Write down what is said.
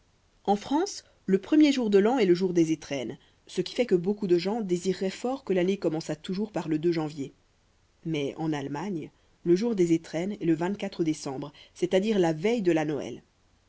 en france le premier jour de l'an est le jour des étrennes ce qui fait que beaucoup de gens désireraient fort que l'année commençât toujours par le janvier mais en allemagne le jour des étrennes est le décembre c'est-à-dire la veille de la noël